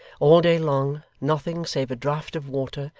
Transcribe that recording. all day long, nothing, save a draught of water,